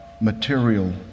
material